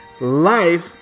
life